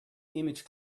image